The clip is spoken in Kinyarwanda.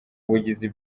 bugizi